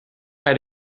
hij